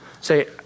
say